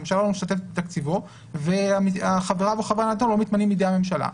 הממשלה לא משתתפת בתקציבו והחברים בו לא מתמנים בידי הממשלה.